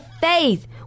faith